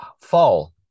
fall